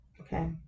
okay